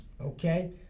okay